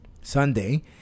Sunday